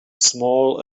small